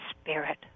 spirit